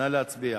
נא להצביע.